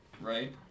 Right